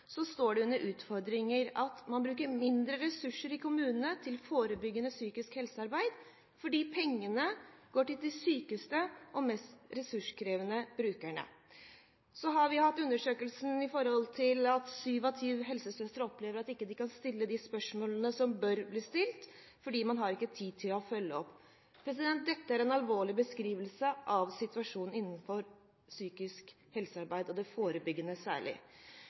fordi pengene går til sykehusene og de mest ressurskrevende brukerne. Så har vi hatt en undersøkelse som viser at syv av ti helsesøstre opplever at de ikke kan stille de spørsmålene som bør bli stilt, fordi man ikke har tid til å følge opp. Dette er en alvorlig beskrivelse av situasjonen innenfor psykisk helsearbeid, særlig det forebyggende.